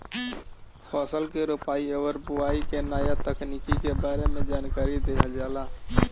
फसल के रोपाई और बोआई के नया तकनीकी के बारे में जानकारी देहल जाला